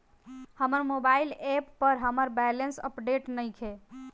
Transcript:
हमर mobile app पर हमर बैलेंस अपडेट नइखे